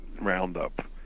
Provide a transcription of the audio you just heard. roundup